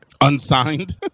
Unsigned